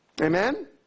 Amen